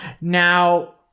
Now